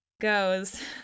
goes